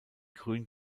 grün